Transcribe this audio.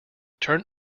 turn